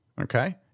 okay